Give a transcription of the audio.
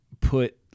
put